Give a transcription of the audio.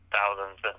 thousands